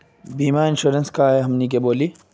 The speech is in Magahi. बीमा इंश्योरेंस का है हमनी के बोली?